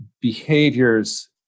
behaviors